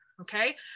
Okay